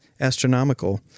Astronomical